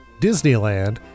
Disneyland